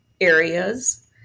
areas